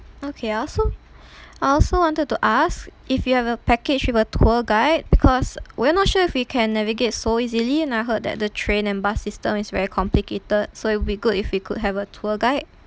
okay I also I also wanted to ask if you have a package with a tour guide because we're not sure if we can navigate so easily and I heard that the train and bus system is very complicated so it'd be good if we could have a tour guide